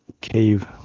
cave